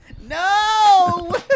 No